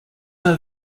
are